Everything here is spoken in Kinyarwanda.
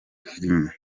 ikunda